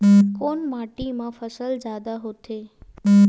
कोन माटी मा फसल जादा होथे?